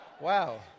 Wow